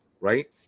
right